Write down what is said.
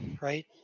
right